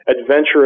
adventurous